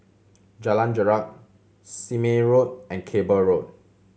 Jalan Jarak Sime Road and Cable Road